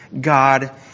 God